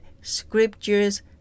scriptures